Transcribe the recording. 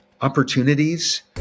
opportunities